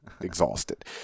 exhausted